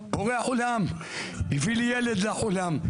בורא עולם הביא לי ילד לעולם,